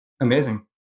Amazing